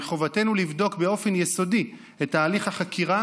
ומחובתנו לבדוק באופן יסודי את תהליך החקירה